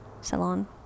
salon